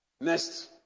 Next